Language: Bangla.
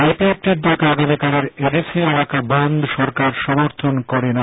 আই পি এফ টির ডাকা আগামীকালের এডিসি এলাকা বনধ সরকার সমর্থন করে না